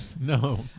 No